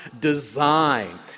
design